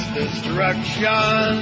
destruction